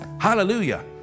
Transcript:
Hallelujah